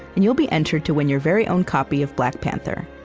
and you'll be entered to win your very own copy of black panther.